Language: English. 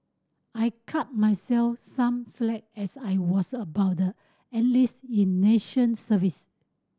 I cut myself some slack as I was about the enlist in nation service